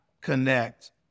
connect